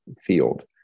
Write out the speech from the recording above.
field